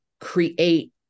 create